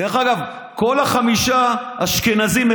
דרך אגב, כל החמישה אשכנזים.